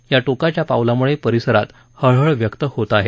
या टोकाच्या पावलामुळे परिसरात हळहळ व्यक्त होत आहे